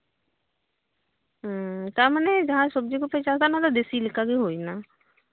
ᱦᱩᱸ ᱛᱟᱨᱢᱟᱱᱮ ᱡᱟᱦᱟᱸ ᱥᱚᱵᱡᱤ ᱠᱚᱯᱮ ᱪᱟᱥᱮᱫᱟ ᱚᱱᱟᱫᱚ ᱫᱮᱥᱤ ᱞᱮᱠᱟᱜᱮ ᱦᱩᱭᱮᱱᱟ